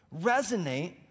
resonate